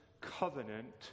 covenant